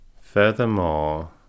Furthermore